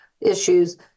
issues